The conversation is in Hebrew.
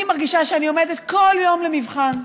אני מרגישה שאני עומדת כל יום למבחן,